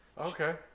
Okay